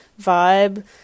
vibe